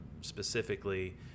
specifically